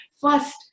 first